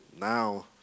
now